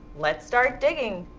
let's start digging.